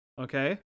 okay